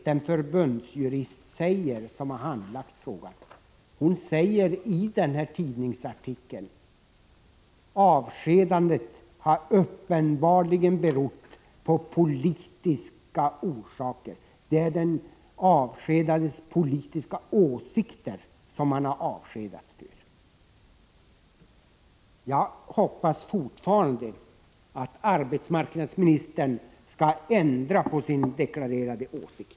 Den förbundsjurist som har handlagt det aktuella ärendet säger i en tidningsartikel: Avskedandet har uppenbarligen politiska orsaker. Det är sina politiska åsikter som han har avskedats för. Jag hoppas fortfarande att arbetsmarknadsministern skall ändra på sin deklarerade åsikt.